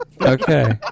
Okay